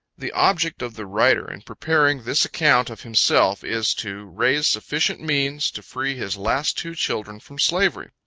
the object of the writer, in preparing this account of himself, is to raise sufficient means to free his last two children from slavery.